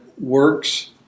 works